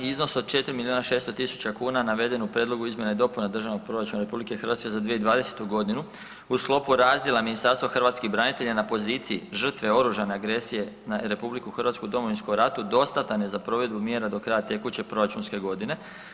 Iznos od 4 milijuna i 600 tisuća naveden u Prijedlogu izmjena i dopuna Državnog proračuna RH za 2020. g. u sklopu razdjela Ministarstva hrvatskih branitelja na poziciji žrtve oružane agresije na RH u Domovinskom ratu dostatan je za provedbu mjera do kraja tekuće proračunske godine.